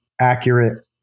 Accurate